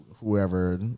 whoever